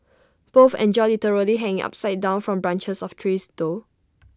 both enjoy literally hanging upside down from branches of trees though